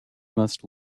must